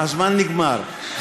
הזמן נגמר,